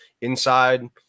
inside